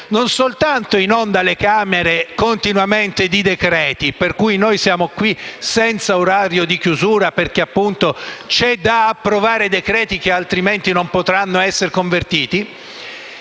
non soltanto inonda le Camere continuamente di decreti-legge, per cui noi siamo qui, senza orario di chiusura perché appunto bisogna approvare decreti che altrimenti non potrebbero essere convertiti,